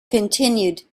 continued